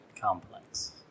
complex